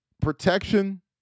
protection